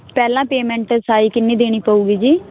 ਪਹਿਲਾਂ ਪੇਮੈਂਟ ਸਾਈ ਕਿੰਨੀ ਦੇਣੀ ਪਾਊਗੀ ਜੀ